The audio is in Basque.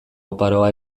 oparoa